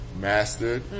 mastered